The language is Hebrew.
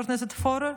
חבר הכנסת פורר?